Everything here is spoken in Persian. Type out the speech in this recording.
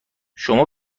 شما